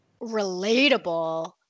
relatable